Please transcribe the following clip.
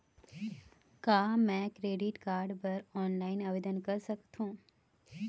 का मैं credit card बर ऑनलाइन आवेदन कर सकथों?